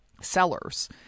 sellers